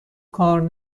کار